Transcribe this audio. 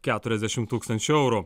keturiasdešim tūkstančių eurų